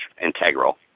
integral